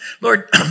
Lord